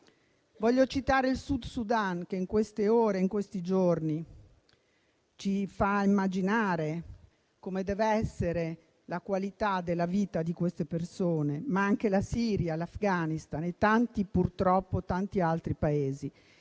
Voglio citare il Sud Sudan, che in queste ore ci fa immaginare come dev'essere la qualità della vita di quelle persone, ma anche la Siria, l'Afghanistan e purtroppo tanti altri Paesi.